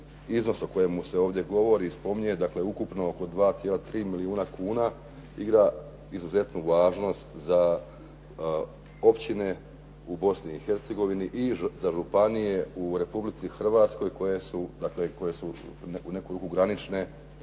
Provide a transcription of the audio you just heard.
iznos o kojemu se ovdje govori spominje dakle ukupno oko 2,3 milijuna kuna, igra izuzetnu važnost za općine u Bosni i Hercegovini i za županije u Republici Hrvatskoj koje su, dakle koje su u neku ruku granične